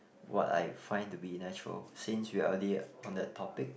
what I find to be natural since we are already on the topic